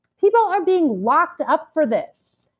people are being locked up for this.